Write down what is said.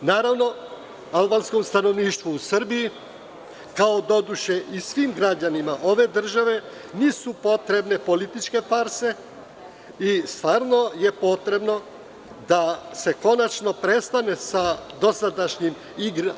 Naravno, albanskom stanovništvu u Srbiji, kao doduše i svim građanima ove države nisu potrebne političke farse i stvarno je potrebno da se konačno prestane sa dosadašnjim